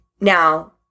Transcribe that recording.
Now